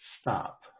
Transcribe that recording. stop